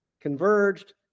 converged